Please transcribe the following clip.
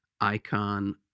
icon